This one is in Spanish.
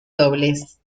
dobles